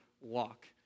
walk